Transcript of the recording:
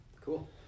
cool